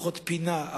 לפחות פינה.